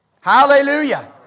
Hallelujah